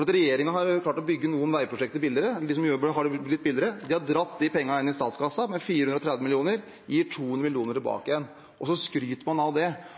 Regjeringen har klart å bygge noen veiprosjekter billigere – de som jobber der, har gjort det billigere – og så har de dratt de pengene,